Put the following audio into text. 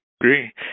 Agree